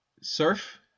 surf